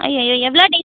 அய்யயோ எவ்வளோ டேஸ்